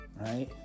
right